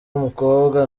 w’umukobwa